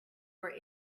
were